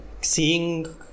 seeing